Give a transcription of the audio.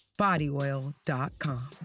bodyoil.com